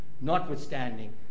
notwithstanding